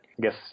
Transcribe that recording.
guess